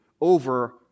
over